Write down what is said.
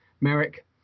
Merrick